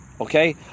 okay